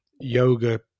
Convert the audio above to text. yoga